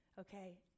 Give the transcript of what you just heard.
okay